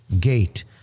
gate